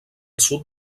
sud